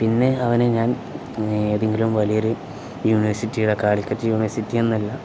പിന്നെ അവന് ഞാൻ ഏതെങ്കിലും വലിയൊരു യൂണിവേഴ്സിറ്റിയുടെ കാലിക്കറ്റ് യൂണിവേഴ്സിറ്റി എന്നല്ല